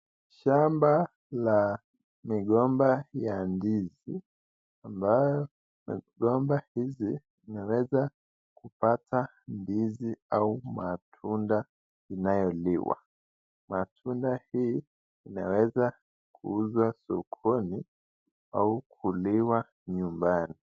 Shamba ya migomba ya ndizi, ambayo migomba hizi imeweza kupata ndizi au matunda inayoliwa. Matunda hii inaweza kuuzwa sokoni au kuliwa nyumbani.